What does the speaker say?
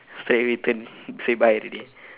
straightaway turn say bye already